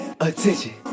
attention